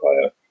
player